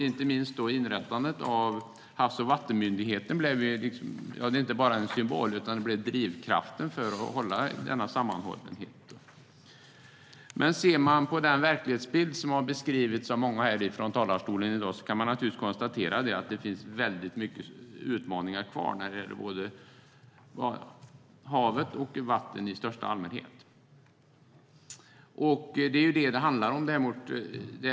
Inte minst inrättandet av Havs och vattenmyndigheten blev inte bara en symbol utan också drivkraften för den sammanhållna politiken. Den verklighetsbild som har kommit fram i talarstolen i dag innebär att vi kan konstatera att det finns många utmaningar kvar för hav och vatten i största allmänhet.